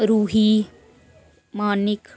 Ruhi Manik